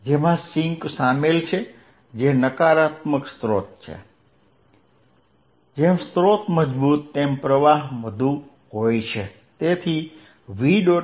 જેમાં સિંક શામેલ છે જે નકારાત્મક સ્રોત છે જેમ સ્રોત મજબૂત તેમ વધુ પ્રવાહ છે તેથી v